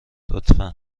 لطفا